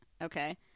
Okay